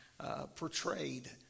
portrayed